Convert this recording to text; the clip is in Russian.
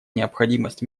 необходимость